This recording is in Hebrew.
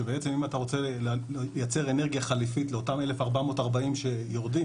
שבעצם אם אתה רוצה לייצר אנרגיה חליפית לאותם 1,440 שיורדים,